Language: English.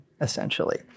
essentially